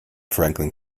franklin